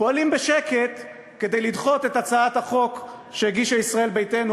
פועלים בשקט כדי לדחות את הצעת החוק שהגישה ישראל ביתנו,